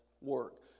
work